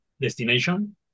destination